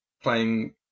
playing